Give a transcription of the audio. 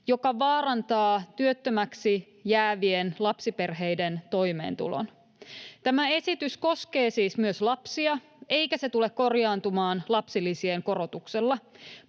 joka vaarantaa työttömäksi jäävien lapsiperheiden toimeentulon. Tämä esitys koskee siis myös lapsia, eikä se tule korjaantumaan lapsilisien korotuksella.